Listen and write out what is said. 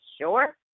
sure